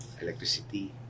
electricity